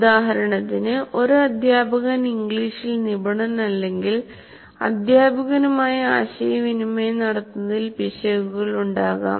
ഉദാഹരണത്തിന് ഒരു അധ്യാപകൻ ഇംഗ്ലീഷിൽ നിപുണനല്ലെങ്കിൽ അധ്യാപകനുമായി ആശയവിനിമയം നടത്തുന്നതിൽ പിശകുകൾ ഉണ്ടാകാം